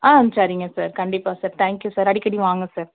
ஆ சரிங்க சார் கண்டிப்பாக sir thank you sir அடிக்கடி வாங்க சார்